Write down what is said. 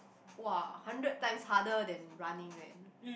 !wah! hundred times harder than running eh